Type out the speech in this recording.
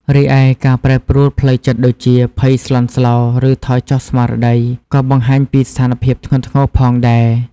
រីឯការប្រែប្រួលផ្លូវចិត្តដូចជា ភ័យស្លន់ស្លោ ឬថយចុះស្មារតី ក៏បង្ហាញពីស្ថានភាពធ្ងន់ធ្ងរផងដែរ។